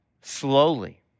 Slowly